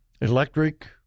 electric